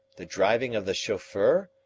the driving of the chauffeur,